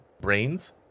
brains